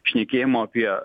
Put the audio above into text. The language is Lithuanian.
šnekėjimo apie